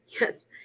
yes